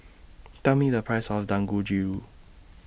Tell Me The Price of Dangojiru